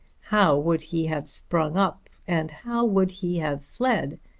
how would he have sprung up, and how would he have fled,